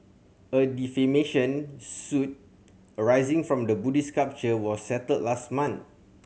a defamation suit arising from the Buddhist sculpture was settled last month